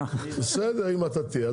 בסדר, אם אתה תהיה.